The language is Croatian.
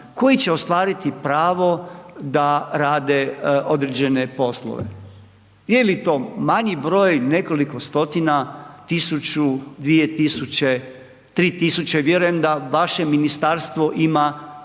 koji će ostvariti pravo da rade određene poslove. Je li to manji broj, nekoliko stotina, tisuću, dvije tisuće, tri tisuće, vjerujem da vaše ministarstvo ima